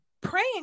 praying